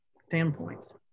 standpoints